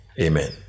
Amen